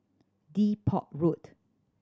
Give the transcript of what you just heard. Depot Road